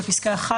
בפסקה (1),